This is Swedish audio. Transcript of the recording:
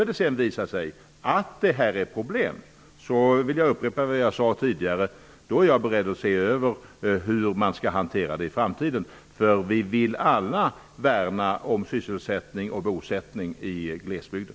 Om det sedan visar sig att det blir problem är jag beredd att se över hur detta skall hanteras i framtiden. Det sade jag också tidigare. Alla vill vi värna om sysselsättning och bosättning i glesbygden.